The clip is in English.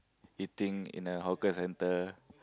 eating in a hawker centre